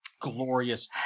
glorious